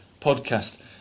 podcast